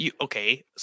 Okay